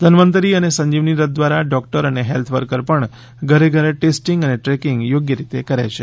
ધન્વન્તરી અને સંજીવની રથ દ્વારા ડોકટર અને હેલ્થ વર્કર પણ ઘરે ઘરે ટેસ્ટીગ અને ટ્રેકીગ યોગ્ય રીતે કરે છે